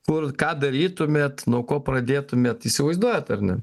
kur ką darytumėt nuo ko pradėtumėt įsivaizduojat ar ne